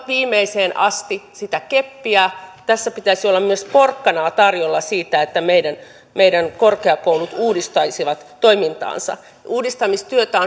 viimeiseen asti sitä keppiä tässä pitäisi olla myös porkkanaa tarjolla siihen että meidän meidän korkeakoulut uudistaisivat toimintaansa uudistamistyötä